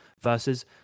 versus